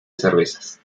cervezas